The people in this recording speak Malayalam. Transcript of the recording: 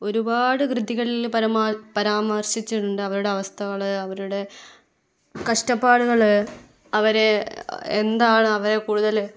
ഒരുപാട് കൃതികളിൽ പരാമർശിച്ചിട്ടുണ്ട് അവരുടെ അവസ്ഥകൾ അവരുടെ കഷ്ടപ്പാടുകൾ അവരെ എന്താണ് അവരെ കൂടുതൽ